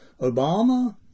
Obama